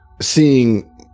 seeing